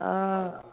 आ